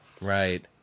Right